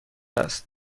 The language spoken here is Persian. است